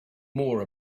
more